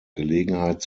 gelegenheit